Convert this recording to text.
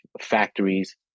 factories